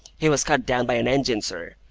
he was cut down by an engine, sir.